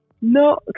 No